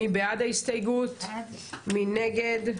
הצבעה בעד, 1 נגד,